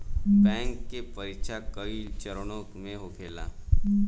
bank के परीक्षा कई चरणों में होखेला